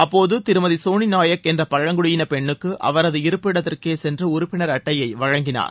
அப்போது திருமதி சோனி நாயக் என்ற பழங்குடியின பென்னுக்கு அவரது இருப்பிடத்திற்கே சென்று உறுப்பினர் அட்டையை வழங்கினார்